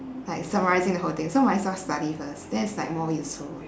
like summarising the whole thing so might as well study first then it's like more useful